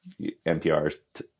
NPR